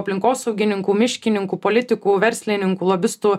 aplinkosaugininkų miškininkų politikų verslininkų lobistų